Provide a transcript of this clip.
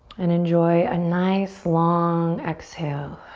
and enjoy a nice, long exhale.